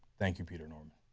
thank you, peter norman.